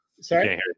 Sorry